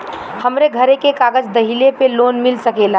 हमरे घरे के कागज दहिले पे लोन मिल सकेला?